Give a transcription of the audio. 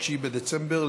ב-9 בדצמבר,